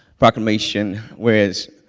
proclamation whereas